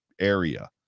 area